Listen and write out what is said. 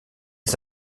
les